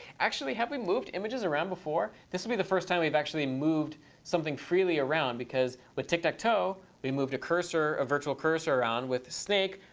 actually, have we moved images around before? this would be the first time we've actually moved something freely around because with tic-tac-toe we moved a cursor, a virtual cursor, around. with snake,